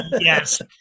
yes